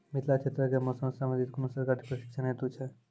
मिथिला क्षेत्रक कि मौसम से संबंधित कुनू सरकारी प्रशिक्षण हेतु छै?